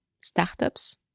startups